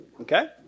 Okay